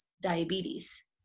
diabetes